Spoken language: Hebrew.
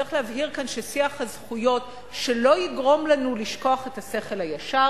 צריך להבהיר כאן ששיח הזכויות לא יגרום לנו לשכוח את השכל הישר.